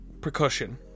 Percussion